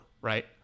right